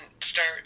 start